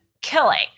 killing